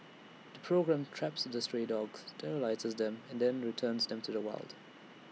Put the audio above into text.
the programme traps the stray dogs sterilises them and then returns them to the wild